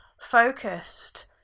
focused